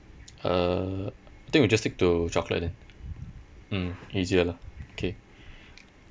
uh I think we just stick to chocolate then mm easier lah okay